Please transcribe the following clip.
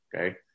Okay